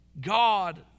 God